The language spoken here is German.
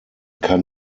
kann